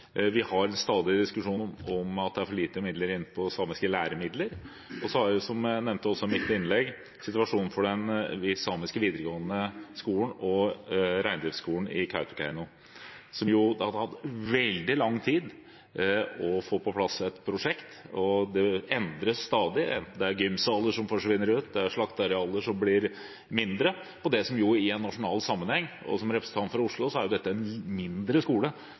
Vi har stadig en diskusjon om at det er for få midler til samiske læremidler. Så har vi også – som jeg nevnte i mitt innlegg – situasjonen for den samiske videregående skolen og reindriftsskolen i Kautokeino, hvor det har tatt veldig lang tid å få på plass et prosjekt. Det endres stadig, enten det er gymsaler som forsvinner ut, eller det er slaktearealer som blir mindre. I en nasjonal sammenheng og for en representant for Oslo er dette en mindre skole,